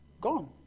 gone